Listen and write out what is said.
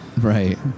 right